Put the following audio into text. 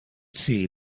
see